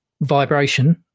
vibration